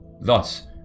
Thus